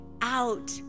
out